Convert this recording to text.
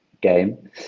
game